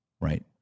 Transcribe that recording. right